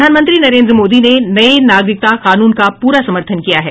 प्रधानमंत्री नरेन्द्र मोदी ने नए नागरिकता कानून का पूरा समर्थन किया है